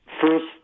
first